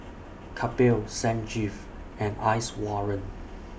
Kapil Sanjeev and Iswaran